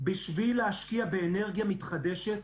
בשביל להשקיע באנרגיה מתחדשת,